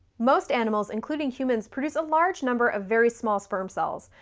most animals, including humans, produce a large number of very small sperm cells,